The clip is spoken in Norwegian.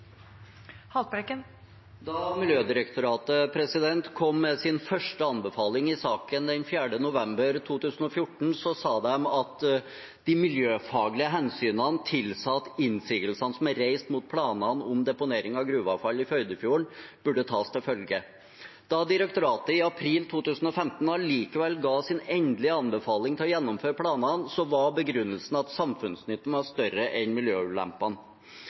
Da Miljødirektoratet kom med sin første anbefaling i saken den 4. november 2014, sa de at de miljøfaglige hensynene tilsa at innsigelsene som var reist mot planene om deponering av gruveavfall i Førdefjorden, burde tas til følge. Da direktoratet i april 2015 allikevel ga sin endelige anbefaling til å gjennomføre planene, var begrunnelsen at samfunnsnytten var større enn miljøulempene.